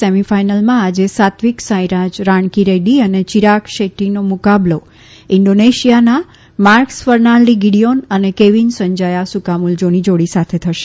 semi ફાઇનલમાં આજે સાત્વિક સાઇરાજ રાણકીરેડ્ટી અને ચિરાગ શેટ્ટીનો મુકાબલો ઇન્ડોનેશિયાના માર્કસ ફર્નાલ્ડી ગીડીયોન અને કેવીન સંજાયા સુકામુલ્જોની જોડી સાથે થશે